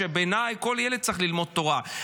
בעיניי כל ילד צריך ללמוד תורה,